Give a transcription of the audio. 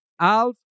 Alf